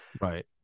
Right